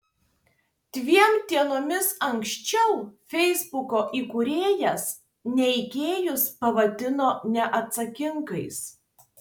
dviem dienomis anksčiau feisbuko įkūrėjas neigėjus pavadino neatsakingais